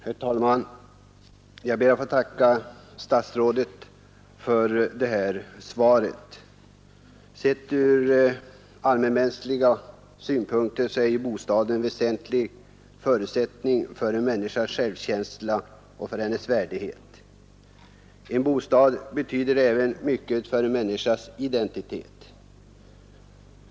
Herr talman! Jag ber att få tacka statsrådet för svaret. Sett ur allmänmänsklig synpunkt är bostaden en väsentlig förutsättning för en människas självkänsla och värdighet. En bostad betyder också mycket för en människas identitet.